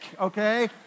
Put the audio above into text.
okay